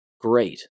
Great